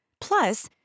Plus